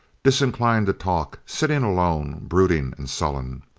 disinclined to talk sitting alone, brooding and sullen.